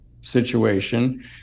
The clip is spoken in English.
situation